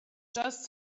just